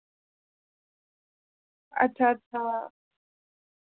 अच्छा अच्छा